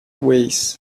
ways